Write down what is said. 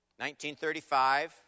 1935